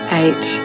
eight